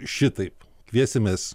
šitaip kviesimės